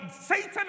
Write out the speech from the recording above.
Satan